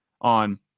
on